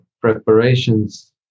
preparations